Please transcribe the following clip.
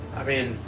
i mean.